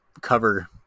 cover